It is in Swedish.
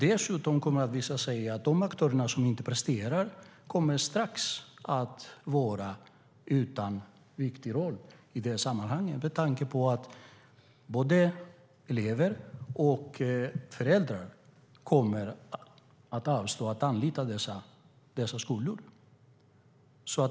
Dessutom kommer det att visa sig att de aktörer som inte presterar strax kommer att vara utan viktig roll i dessa sammanhang med tanke på att både elever och föräldrar kommer att avstå att anlita dessa skolor.